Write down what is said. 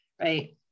right